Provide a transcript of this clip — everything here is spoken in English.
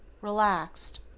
relaxed